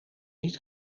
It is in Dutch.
niet